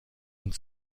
und